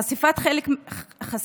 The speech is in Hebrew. חשיפת חלק מהתיק